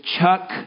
Chuck